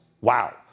wow